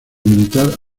militar